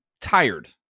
tired